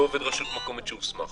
לא עובד רשות מקומית שהוסמך.